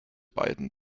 beiden